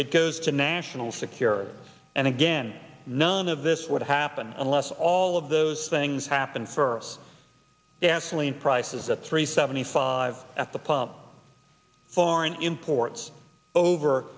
it goes to national security and again none of this would happen unless all of those things happened for us gasoline prices at three seventy five at the pump foreign imports over